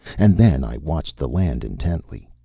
and then i watched the land intently.